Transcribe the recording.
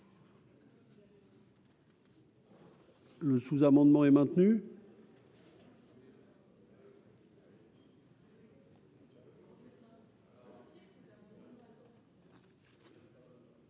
Le sous-amendement est maintenu.